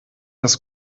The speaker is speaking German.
das